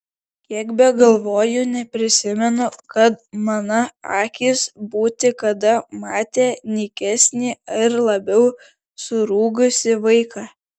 kiek begalvoju neprisimenu kad mana akys būti kada matę nykesnį ir labiau surūgusį vaiką